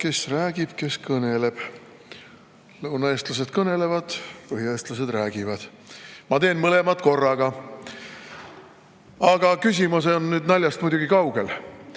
kes räägib, kes kõneleb. Lõunaeestlased kõnelevad, põhjaeestlased räägivad. Mina teen mõlemat korraga. Aga küsimus on muidugi naljast kaugel.